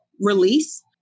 release